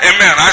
Amen